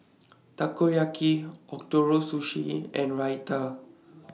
Takoyaki Ootoro Sushi and Raita